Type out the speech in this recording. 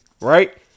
right